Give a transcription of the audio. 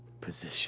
position